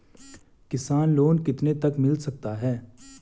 किसान लोंन कितने तक मिल सकता है?